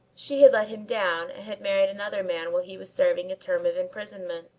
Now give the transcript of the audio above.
she had let him down and had married another man while he was serving a term of imprisonment.